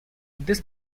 this